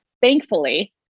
thankfully